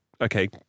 okay